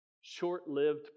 Short-lived